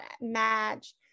match